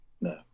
no